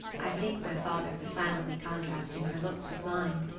i think my father was silently contrasting her looks with mine,